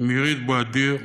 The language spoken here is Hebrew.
מירית בוודיר,